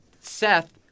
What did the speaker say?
Seth